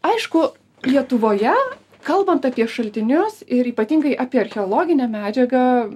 aišku lietuvoje kalbant apie šaltinius ir ypatingai apie archeologinę medžiagą